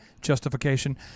justification